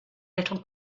little